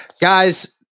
Guys